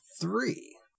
three